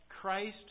Christ